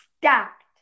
stacked